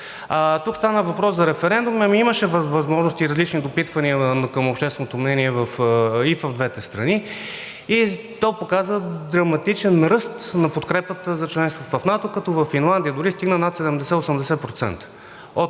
Тук стана въпрос за референдум. Ами имаше възможности и различни допитвания към общественото мнение и в двете страни и то показа драматичен ръст на подкрепата за членство в НАТО, като във Финландия дори стигна над 70 – 80%